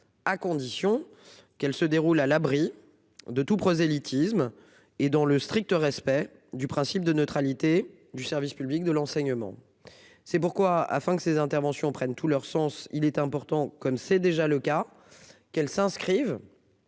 À condition qu'elle se déroule à l'abri de tout prosélytisme et dans le strict respect du principe de neutralité du service public de l'enseignement. C'est pourquoi, afin que ces interventions prennent tout leur sens, il est important comme c'est déjà le cas, qu'elles s'inscrivent.